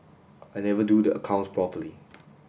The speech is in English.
I never do the accounts properly